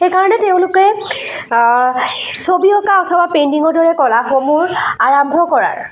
সেইকাৰণে তেওঁলোকে ছবি অঁকা অথবা পেইন্টিংৰ দৰে কলাসমূহ আৰম্ভ কৰাৰ